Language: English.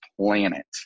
planet